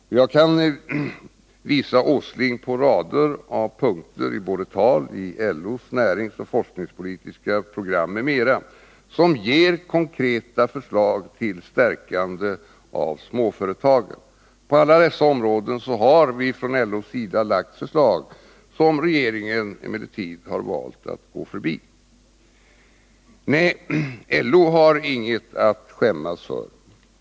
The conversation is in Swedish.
Och jag kan visa herr Åsling på rader av punkter i tal, i LO:s näringsoch forskningspolitiska program m.m. som ger konkreta förslag till stärkande av småföretagen. På alla dessa områden har vi från LO lagt fram förslag, som regeringen emellertid har valt att gå förbi. Nej, LO har inget att skämmas för!